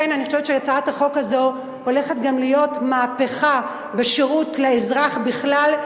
אני חושבת שהצעת החוק הזאת הולכת גם להיות מהפכה בשירות לאזרח בכלל,